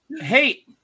Hey